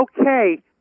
okay